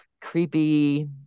creepy